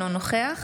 אינו נוכח